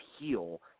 heal